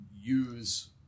use